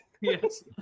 Yes